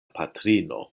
patrino